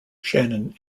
shannon